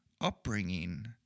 upbringing